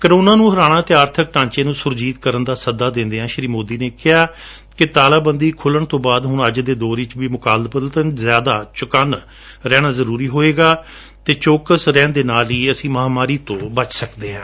corona ਨੂੰ ਹਰਾਉਣਾ ਅਤੇ ਆਰਥਕ ਢਾਂਚੇ ਨੂੰ ਸੁਰਜੀਤ ਕਰਣ ਦਾ ਸੱਦਾ ਦਿੰਦਿਆਂ ਸ੍ਰੀ ਮੋਦੀ ਨੇ ਕਿਹਾ ਕਿ ਤਾਲਾਬੰਦੀ ਖੁੱਲਣ ਤੋਂ ਬਾਅਦ ਹੁਣ ਅੱਜ ਦੇ ਦੌਰ ਵਿਚ ਵੀ ਮੁਕਾਬਲਤਨ ਜਿਆਦਾ ਚੌਕੰਸ ਰਹਿਣਾ ਹੋਵੇਗਾ ਅਤੇ ਚਤੱਨ ਰਹਿਣ ਨਾਲ ਹੀ ਇਸ ਮਹਾਂਮਾਰੀ ਤੋਂ ਬਚਿਆ ਜਾ ਸਕਦਾ ਹੈ